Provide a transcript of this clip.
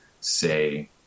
say